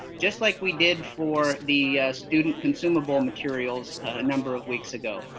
just like we did for the student consumable materials a number of weeks ago.